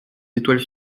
étoiles